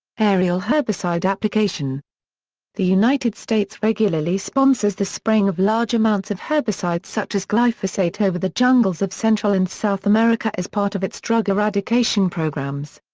aerial herbicide application the united states regularly sponsors the spraying of large amounts of herbicides such as glyphosate over the jungles of central and south america as part of its drug eradication programs.